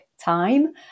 time